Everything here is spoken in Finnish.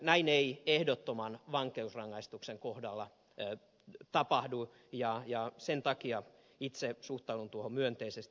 näin ei ehdottoman vankeusrangaistuksen kohdalla tapahdu ja sen takia itse suhtaudun tuohon myönteisesti